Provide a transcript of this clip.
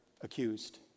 accused